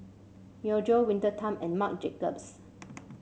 Myojo Winter Time and Marc Jacobs